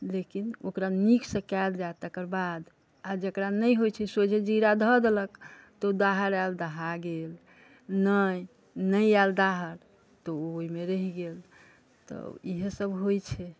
लेकिन ओकरा नीकसँ कयल जाइ तकर बाद आओर जकरा नहि होइ छै सोझे जीरा धऽ देलक तऽ दाहर आइल दहा गेल नहि नै आइल दाहर तऽ ओ ओहिमे रहि गेल तऽ इएहे सभ होइ छै